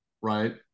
right